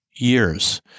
Years